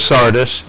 Sardis